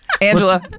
Angela